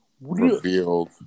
revealed